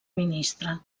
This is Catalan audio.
ministre